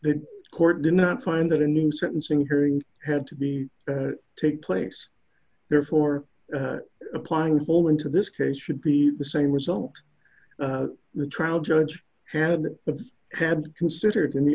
case court did not find that in the sentencing hearing had to be take place therefore applying polling to this case should be the same result the trial judge had had considered in the